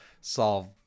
solve